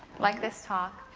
like this talk.